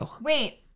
Wait